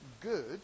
good